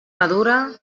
madura